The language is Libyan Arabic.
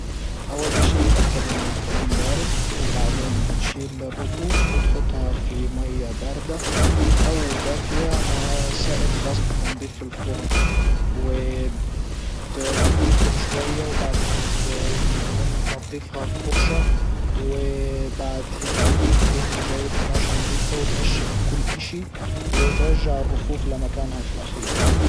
اول اشي بتأكد انه الفرن بارد وبعدين بتشيل الرفوف وبتحطها في مية باردة. او دافية مع سائل خاص بتنضيف الفرن بتنطر شوية وبعدين تقوم تنضفها بفرشة و بعد هيكي تقوم جايب قماشة نضيفة وتنشف كل اشي وترجع الرفوف لمكانها في الاخير.